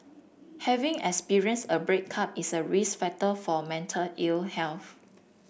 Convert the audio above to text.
having experienced a breakup is a risk factor for mental ill health